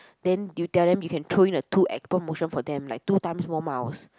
then you tell then you can throw in a two Apple motion for them like two times more mouse